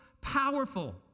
powerful